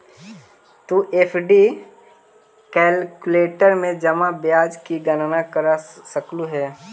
तु FD calculator में जमा ब्याज की गणना कर सकलू हे